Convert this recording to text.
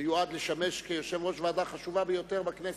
המיועד לשמש כיושב-ראש ועדה חשובה ביותר בכנסת.